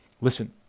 listen